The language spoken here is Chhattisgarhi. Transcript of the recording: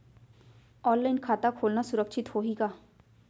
ऑनलाइन खाता खोलना सुरक्षित होही का?